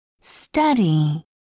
Study